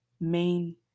main